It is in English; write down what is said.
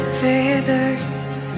feathers